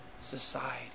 society